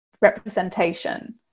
representation